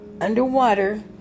underwater